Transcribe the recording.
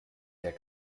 der